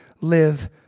live